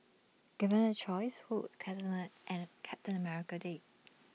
given A choice who captain America date